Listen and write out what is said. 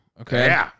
okay